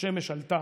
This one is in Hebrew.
שהשמש כבר עלתה,